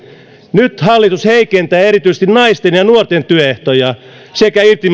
nyt hallitus heikentää erityisesti naisten ja nuorten työehtoja sekä